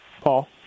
Paul